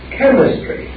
chemistry